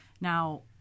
Now